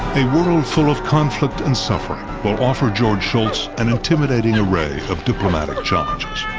a world full of conflict and suffering will offer george shultz an intimidating array of diplomatic challenges.